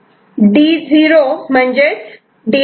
D 0 म्हणजेच D' 1